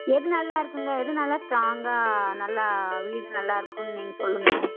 எது நல்லாருக்குங்க எது நல்லா ஸ்ட்ராங்காக நல்லா வீடு நல்லாருக்கும்ன்னு நீங்கள் சொல்லுங்கள்